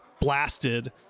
Blasted